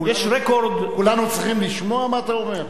אבל כולנו צריכים לשמוע מה אתה אומר?